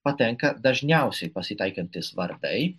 patenka dažniausiai pasitaikantys vardai